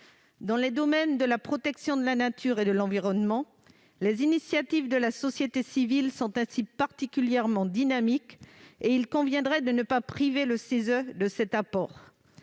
Dans le domaine de la protection de la nature et de l'environnement, les initiatives de la société civile sont particulièrement dynamiques. Il conviendrait de ne pas priver le CESE de tels apports.